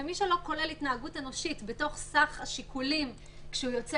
מי שלא כולל התנהגות אנושית בתוך סך השיקולים כשהוא יוצא